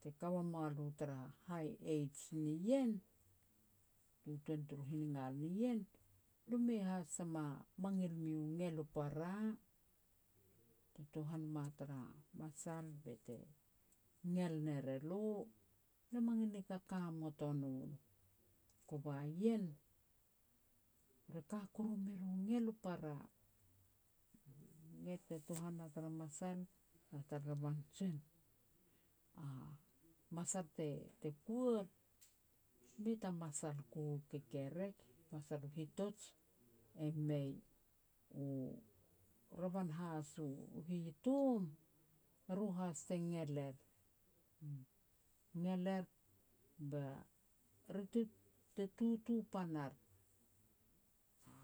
Teka wa mulo tara hai age nien, tutuan turu hiningal nien, lo mu mei has tama mangil miu gel u para te tuhan ma tara masal bete gel ner e lo. Le mangil ni kakamot o nom. Kova ien, re ka kuru mer u ngel u para, gel te tuhan na tara masal, na tara revan jen. A masal te kuar, mei ta masal ku u kekerek, masal u hitoj, e mei, u revan has u hitom, eru has te ngel er. Ngel er ba ri te tutu pan ar, a